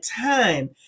time